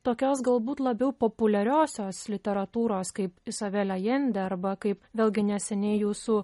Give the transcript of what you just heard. tokios galbūt labiau populiariosios literatūros kaip izabelė jende arba kaip vėlgi neseniai jūsų